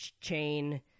chain